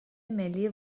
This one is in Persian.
ملی